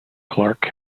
clark